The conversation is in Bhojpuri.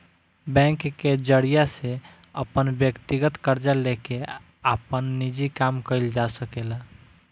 बैंक के जरिया से अपन व्यकतीगत कर्जा लेके आपन निजी काम कइल जा सकेला